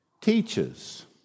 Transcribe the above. teaches